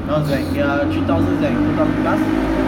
now is like their three thousand is two thousand plus